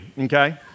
Okay